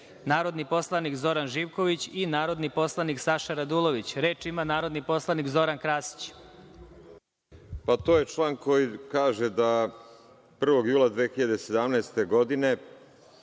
narodni poslanik Zoran Živković i narodni poslanik Saša Radulović. Reč ima narodni poslanik Zoran Krasić. **Zoran Krasić** To je član koji kaže da 1. jula 2017. godine